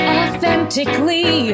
authentically